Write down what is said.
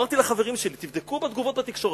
אמרתי לחברים שלי: תבדקו בתגובות בתקשורת.